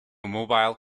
mobile